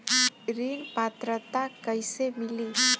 ऋण पात्रता कइसे मिली?